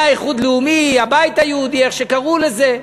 היה האיחוד הלאומי, הבית היהודי, איך שקראו לזה.